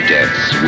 Death's